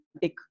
big